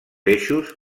eixos